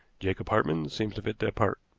jacob hartmann seems to fit that part.